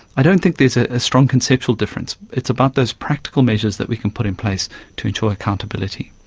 i don't think there's a strong conceptual difference. it's about those practical measures that we can put in place to ensure accountability.